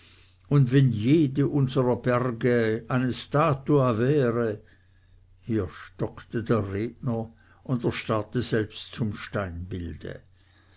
und wenn jeder unserer berge eine statua wäre hier stocke der redner und erstarrte selbst zum steinbilde